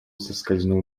соскользнул